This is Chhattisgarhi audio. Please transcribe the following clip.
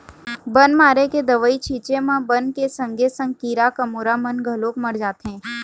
बन मारे के दवई छिंचे म बन के संगे संग कीरा कमोरा मन घलोक मर जाथें